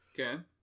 Okay